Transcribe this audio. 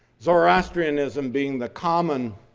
zoroastrianism being the common